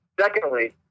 Secondly